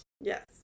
Yes